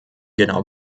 genau